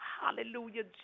Hallelujah